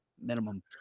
minimum